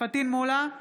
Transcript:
פטין מולא,